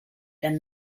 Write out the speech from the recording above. tan